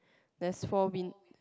there's four wind